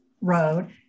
road